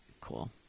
cool